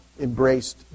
embraced